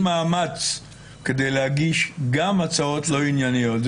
מאמץ כדי להגיש גם הצעות לא ענייניות,